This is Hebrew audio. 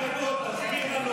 תסביר לנו